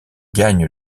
gagne